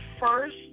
first